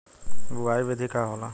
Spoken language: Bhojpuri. बुआई विधि का होला?